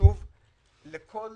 וקשוב לכל